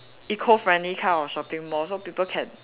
eco friendly kind of shopping mall so people can